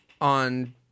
on